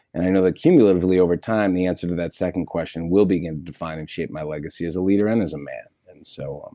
and i know that cumulatively over time the answer to that second question will define and shape my legacy as a leader and as a man. and so, um